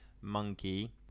monkey